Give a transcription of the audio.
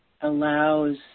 allows